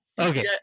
Okay